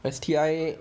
S_T_I